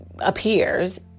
Appears